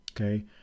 okay